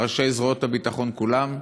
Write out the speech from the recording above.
ראשי זרועות הביטחון כולם,